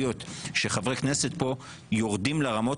להיות שחברי כנסת פה יורדים לרמות